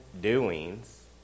doings